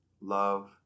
love